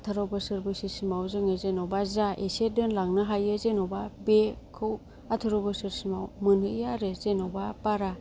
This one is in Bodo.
आथार' बोसोर समाव जोङो जेन'बा जा एसे दोनलांनो हायो जेन'बा बेखौ आथार' बोसोर समाव मोनहैयो आरो जेन'बा बारा